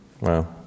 Wow